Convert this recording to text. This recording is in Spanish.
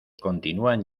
continúan